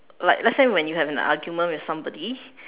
like let's say when you have an argument with somebody